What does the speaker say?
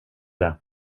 det